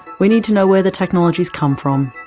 we need to know where the technologies come from,